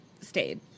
stayed